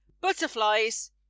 Butterflies